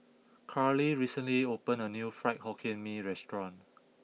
Karlie recently opened a new Fried Hokkien Mee restaurant